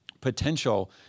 Potential